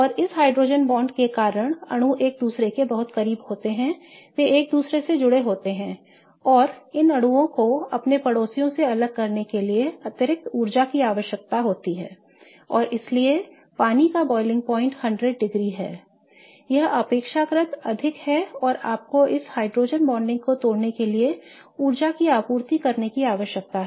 और इस hydrogen bond के कारण अणु एक दूसरे के बहुत करीब होते हैं वे एक दूसरे से जुड़े होते हैं और इन अणुओं को अपने पड़ोसियों से अलग करने के लिए अतिरिक्त ऊर्जा की आवश्यकता होती है I और इसीलिए पानी का क्वथनांक 100 डिग्री है यह अपेक्षाकृत अधिक है और आपको इस हाइड्रोजन बॉन्डिंग को तोड़ने के लिए ऊर्जा की आपूर्ति करने की आवश्यकता है